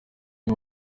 ati